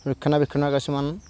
ৰক্ষণাবেক্ষণৰ কিছুমান